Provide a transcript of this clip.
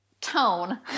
tone